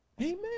Amen